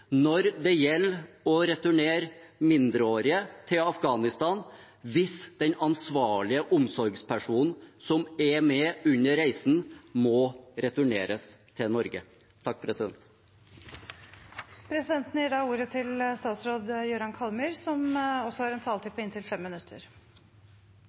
når det gjelder å returnere mindreårige til Afghanistan hvis den ansvarlige omsorgspersonen som er med under reisen, må returneres til Norge? Presidenten gir da ordet til statsråd Jøran Kallmyr, som også har en taletid